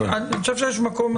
אבל אני חושב שיש מקום,